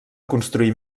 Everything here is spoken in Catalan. construir